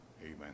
Amen